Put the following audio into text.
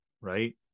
right